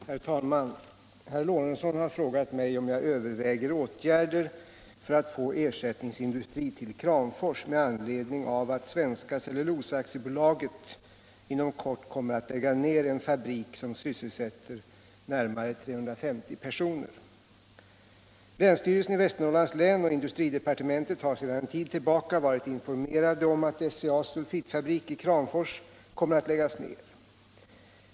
Herr talman! Herr Lorentzon i Kramfors har frågat mig om jag överväger åtgärder för att få ersättningsindustri till Kramfors med anledning av att Svenska Cellulosa Aktiebolaget inom kort kommer att lägga ner en fabrik som sysselsätter närmare 350 personer. Länsstyrelsen i Västernorrlands län och industridepartementet har sedan en tid tillbaka varit informerade om att SCA:s sulfitfabrik i Kramfors kommer att läggas ner.